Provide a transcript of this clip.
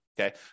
Okay